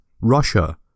Russia